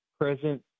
present